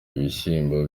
ibishyimbo